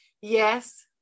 yes